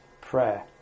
prayer